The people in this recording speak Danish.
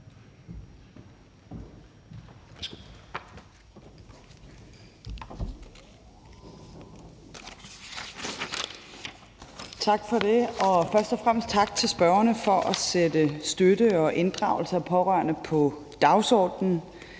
Tak for det. Først og fremmest tak til forespørgerne for at sætte støtte og inddragelse af pårørende på dagsordenen.